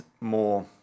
more